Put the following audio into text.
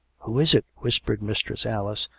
who is it whispered mistress alice,